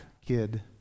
kid